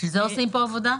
לכן עושים פה עבודה.